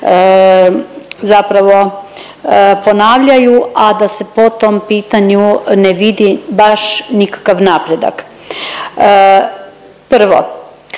zapravo ponavljaju, a da se po tom pitanju ne vidi baš nikakav napredak. Prvo,